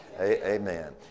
Amen